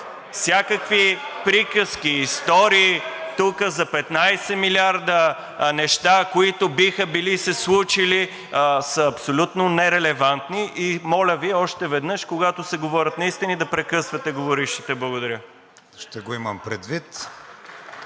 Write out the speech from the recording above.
Всякакви приказки и истории тук за 15 милиарда за неща, които биха били се случили, са абсолютно нерелевантни. Моля Ви още веднъж, когато се говорят неистини, да прекъсвате говорещите. Благодаря. (Ръкопляскания